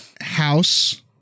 house